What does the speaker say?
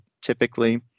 typically